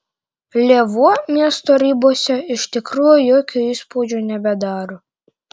lėvuo miesto ribose iš tikrųjų jokio įspūdžio nebedaro